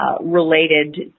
related